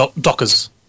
Dockers